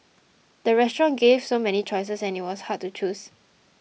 the restaurant gave so many choices that it was hard to choose